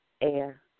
Air